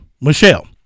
Michelle